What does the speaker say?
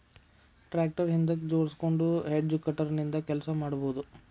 tractor ಹಿಂದಕ್ ಜೋಡ್ಸ್ಕೊಂಡು hedge cutter ನಿಂದ ಕೆಲಸ ಮಾಡ್ಬಹುದು